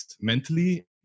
mentally